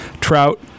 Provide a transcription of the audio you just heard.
Trout